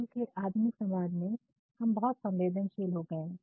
आजकल के आधुनिक समाज में हम बहुत संवेदनशील हो गए हैं